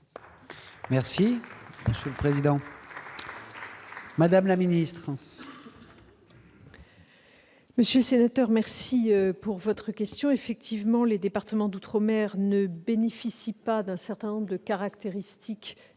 Marche. Monsieur le président, madame la ministre,